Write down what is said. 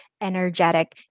energetic